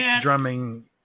drumming